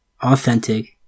authentic